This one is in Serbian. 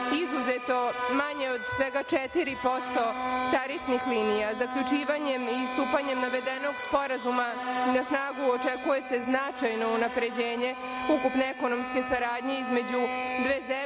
izuzeto manje od svega 4% tarifnih linija. Zaključivanjem i stupanjem navedenog sporazuma na snagu očekuje se značajno unapređenje ukupne ekonomske saradnje između dve zemlje